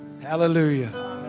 Hallelujah